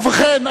ובכן,